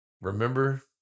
Remember